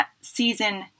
season